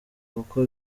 kuko